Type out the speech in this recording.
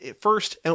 first